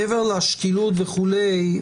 מעבר לשקילות וכולי,